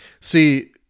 See